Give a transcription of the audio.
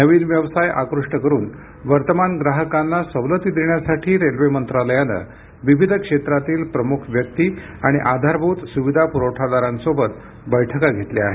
नवीन व्यवसाय आकृष्ट करुन वर्तमान ग्राहकांना सवलती देण्यासाठी रेल्वे मंत्रालयानं विविध क्षेत्रातील प्रमुख व्यक्ती आणि आधारभूत सुविधा पुरवठादारांसोबत बैठका घेतल्या आहेत